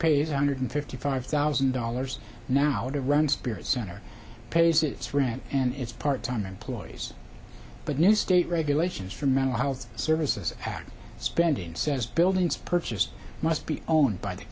pays one hundred fifty five thousand dollars now to run spirit center pays its rent and its part time employees but new state regulations for mental health services act spending says buildings purchased must be owned by the